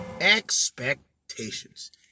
Expectations